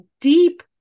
deep